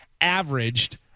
averaged